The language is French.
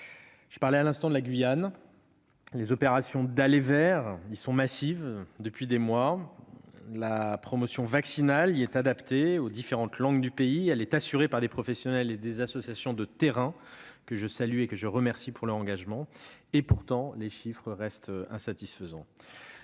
Je parlais de la Guyane à l'instant. Les opérations « d'aller vers » y sont massives depuis des mois ; la promotion vaccinale y est adaptée aux différentes langues du pays, et est assurée par des professionnels et des associations de terrain, que je remercie pour leur engagement. Pourtant, les chiffres restent insatisfaisants.